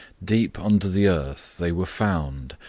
deep under the earth they were found,